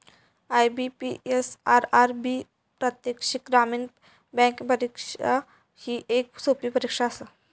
IBPS, RRB प्रादेशिक ग्रामीण bank परीक्षा ही येक सोपी परीक्षा आसा